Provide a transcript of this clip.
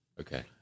Okay